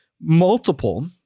multiple